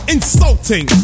Insulting